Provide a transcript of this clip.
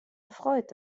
erfreut